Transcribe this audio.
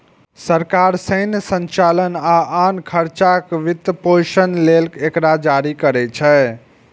सरकार सैन्य संचालन आ आन खर्चक वित्तपोषण लेल एकरा जारी करै छै